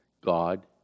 God